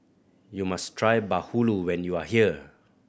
you must try bahulu when you are here